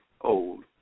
old